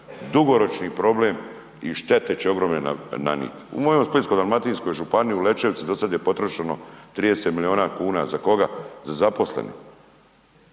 dugoročni problem i štete će ogromne nanijeti. U mojoj Splitsko-dalmatinskoj županiji, u Lečevici do sad je potrošeno 30 milijuna kuna za koga? Za zaposlene.